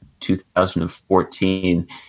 2014